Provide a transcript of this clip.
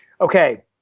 Okay